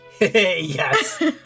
Yes